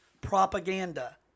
propaganda